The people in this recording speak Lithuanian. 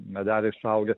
medeliai suaugę